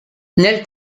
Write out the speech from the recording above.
nel